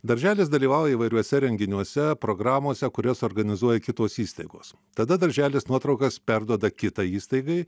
darželis dalyvauja įvairiuose renginiuose programose kurias organizuoja kitos įstaigos tada darželis nuotraukas perduoda kitai įstaigai